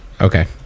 okay